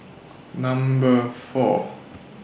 Number four